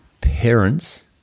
parents